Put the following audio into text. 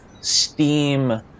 steam